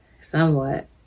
somewhat